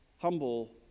humble